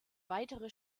weitere